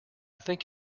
think